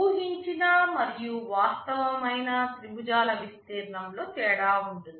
ఊహించిన మరియు వాస్తవమైన త్రిభుజాల విస్తీర్ణంలో తేడా ఉంటుంది